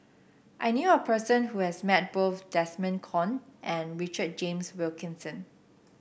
I knew a person who has met both Desmond Kon and Richard James Wilkinson